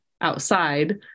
outside